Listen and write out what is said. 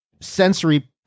sensory